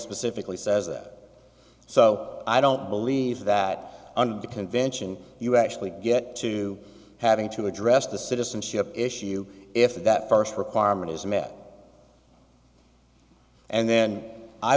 specifically says that so i don't believe that the convention you actually get to having to address the citizenship issue if that first requirement is met and then i